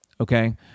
okay